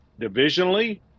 divisionally